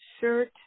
shirt